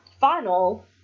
final